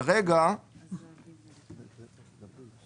בהתחלה דובר פה